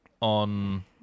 on